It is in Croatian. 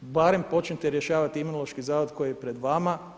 Barem počnite rješavati Imunološki zavod koji je pred vama.